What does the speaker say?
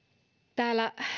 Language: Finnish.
täällä